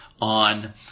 on